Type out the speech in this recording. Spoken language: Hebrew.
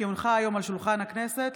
כי הונחה היום על שולחן הכנסת,